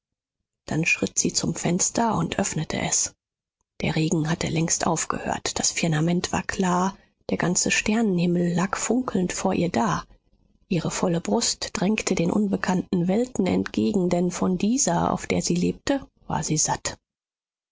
dann schritt sie zum fenster und öffnete es der regen hatte längst aufgehört das firmament war klar der ganze sternenhimmel lag funkelnd vor ihr da ihre volle brust drängte den unbekannten welten entgegen denn von dieser auf der sie lebte war sie satt